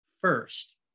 first